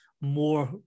more